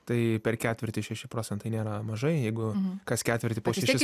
tai per ketvirtį šeši procentai nėra mažai jeigu kas ketvirtį po šešis